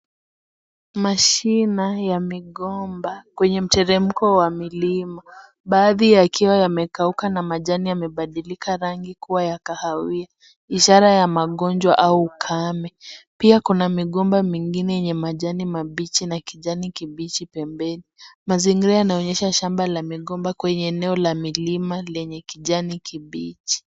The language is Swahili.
Mashimo ya migomba kwenye mteremko wa milima baadhi yakiwa yamekauka na majani yamebadilika rangi ya kawahia ishara ya magonjwa au ukame pia kuna migomba mingine yenye majani mabichi na kijani kibichi pembeni mazingira yanaonyesha shamba la migomba kwenye eneo la milima lenye kijani kibichi.